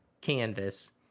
canvas